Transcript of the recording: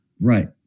Right